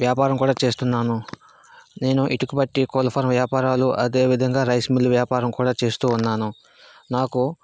వ్యాపారం కూడా చేస్తున్నాను నేను ఇటుక బట్టి కోళ్ళఫారం వ్యాపారాలు అదేవిధంగా రైస్ మిల్లు వ్యాపారం కూడా చేస్తూ ఉన్నాను నాకు